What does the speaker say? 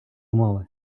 мови